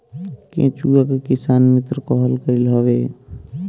केचुआ के किसान मित्र कहल गईल हवे